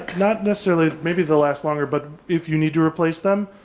not necessarily maybe they'll last longer but if you need to replace them,